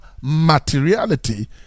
materiality